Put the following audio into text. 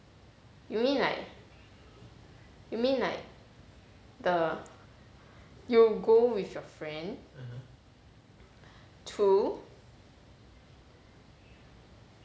you mean like you mean like the you go with your friend to